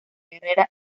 guerrera